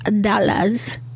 dollars